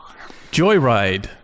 Joyride